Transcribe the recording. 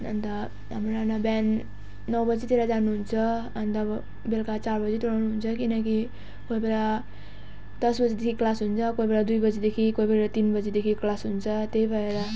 अन्त हाम्रो नाना बिहान नौ बजीतिर जानुहुन्छ अन्त अब बेलुका चार बजीतिर आउनुहुन्छ किनकि कोही बेला दस बजीदेखि क्लास हुन्छ कोही बेला दुई बजीदेखि कोही बेला तिन बजीदेखि क्लास हुन्छ त्यही भएर